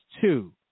two